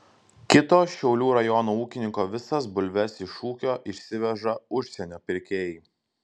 kito šiaulių rajono ūkininko visas bulves iš ūkio išsiveža užsienio pirkėjai